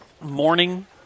morning